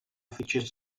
fitxers